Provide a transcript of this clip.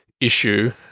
issue